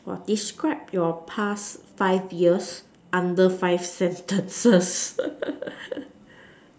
describe your past five years under five sentences